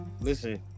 Listen